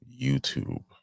YouTube